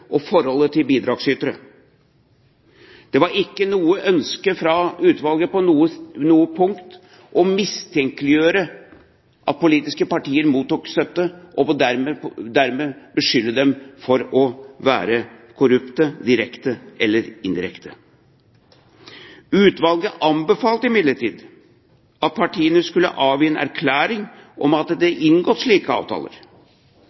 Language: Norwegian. og forholdet til bidragsytere å gjøre. Det var ikke noe ønske fra utvalget på noe punkt å mistenkeliggjøre at politiske partier mottok støtte, og dermed beskylde dem for å være korrupte, direkte eller indirekte. Utvalget anbefalte imidlertid at partiene skulle avgi en erklæring om at det